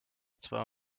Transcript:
zwei